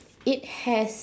it has